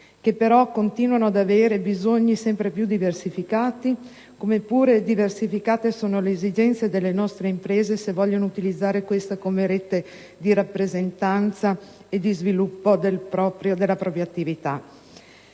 che però continuano ad avere bisogni sempre più diversificati, come pure diversificate sono le esigenze delle nostre imprese se vogliono utilizzare questa come rete di rappresentanza e di sviluppo della propria attività.